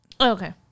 Okay